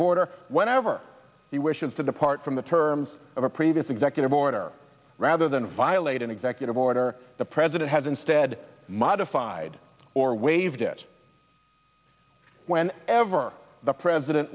decade order whenever he wishes to depart from the terms of a previous executive order rather than violate an executive order the president has instead modified or waived it when ever the president